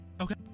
Okay